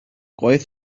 gwaith